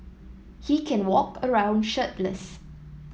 he can walk around shirtless